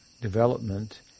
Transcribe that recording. development